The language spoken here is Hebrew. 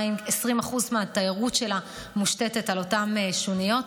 20% מהתיירות של מצרים מושתתת על אותן שוניות,